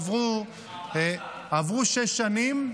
עברו שש שנים.